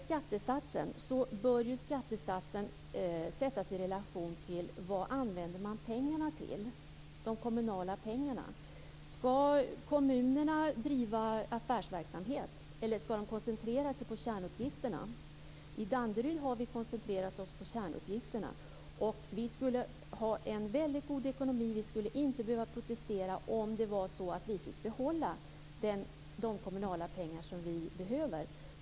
Skattesatsen bör ju sättas i relation till vad man använder pengarna till, de kommunala pengarna. Skall kommunerna bedriva affärsverksamhet eller skall de koncentrera sig på kärnuppgifterna? I Danderyd har vi koncentrerat oss på kärnuppgifterna. Vi skulle ha en väldigt god ekonomi, vi skulle inte behöva protestera, om det var så att vi fick behålla de kommunala pengar som vi behöver.